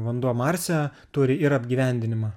vanduo marse turi ir apgyvendinimą